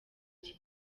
iki